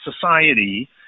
society